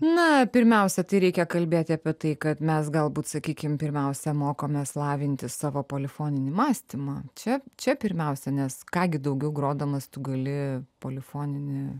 na pirmiausia tai reikia kalbėti apie tai kad mes galbūt sakykim pirmiausia mokomės lavinti savo polifoninį mąstymą čia čia pirmiausia nes ką gi daugiau grodamas tu gali polifoninį